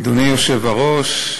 אדוני היושב-ראש,